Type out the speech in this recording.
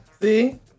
See